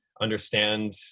understand